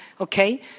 okay